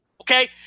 Okay